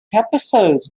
episodes